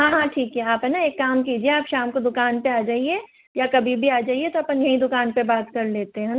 हाँ हाँ ठीक है आप है न एक काम कीजिए आप शाम को दुकान पर आ जाइए या कभी भी आ जाइए तो अपन यहीं दुकान पर बात कर लेते है न